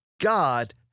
God